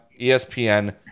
espn